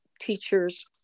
teachers